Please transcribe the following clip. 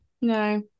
No